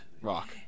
Rock